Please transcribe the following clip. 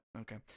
Okay